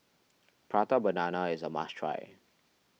Prata Banana is a must try